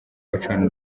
bacana